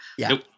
nope